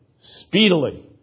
speedily